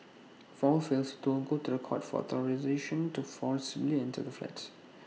all fails IT will go to The Court for authorisation to forcibly enter the flats